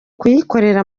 kuyikorera